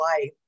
life